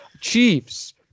Chiefs